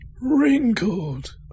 Wrinkled